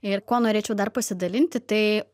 ir kuo norėčiau dar pasidalinti tai